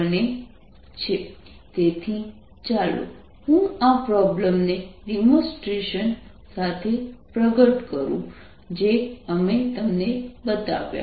V220 614 V તેથી ચાલો હું આ પ્રોબ્લેમને ડેમોન્સ્ટ્રેશન સાથે પ્રગટ કરું જે અમે તમને બતાવ્યા